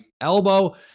elbow